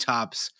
Tops